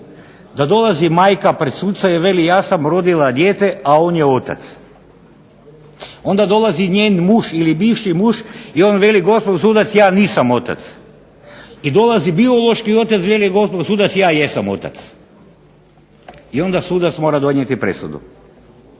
da dolazi majka pred suca i veli ja sam rodila dijete, a on je otac. Onda dolazi njen muž ili bivši muž i on veli gospon sudac ja nisam otac. I dolazi biološki otac i veli gospon sudac ja jesam otac. I onda sudac mora donijeti presudu.